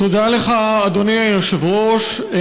תודה לך, אדוני היושב-ראש.